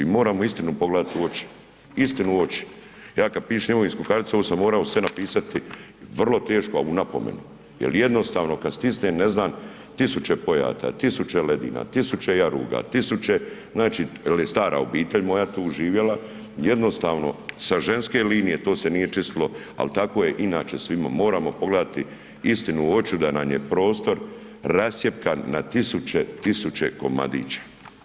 I moramo istinu pogleda u oči, istinu u oči, ja kad pišem imovinsku karticu ovo sam morao sve napisati, vrlo teško al u napomenu, jer jednostavno kad stisnem ne znam tisuće pojata, tisuće ledina, tisuće jaruga, tisuća, znači, jer je stara obitelj moja tu živjela, jednostavno sa ženske linije to se nije čistilo, ali tako je inače svima moramo pogledati istinu u oči da nam je prostor rascjepkan na tisuće, tisuće komadića.